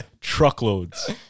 truckloads